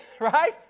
right